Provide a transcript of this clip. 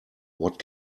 what